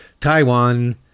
taiwan